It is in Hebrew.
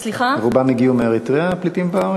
את אומרת שרובם הגיעו מאריתריאה, הפליטים בארץ?